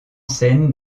scène